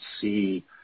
see